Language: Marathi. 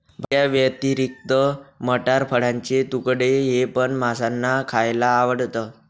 भाज्यांव्यतिरिक्त मटार, फळाचे तुकडे हे पण माशांना खायला आवडतं